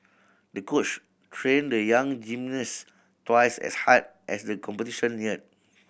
the coach trained the young gymnast twice as hard as the competition neared